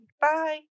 Bye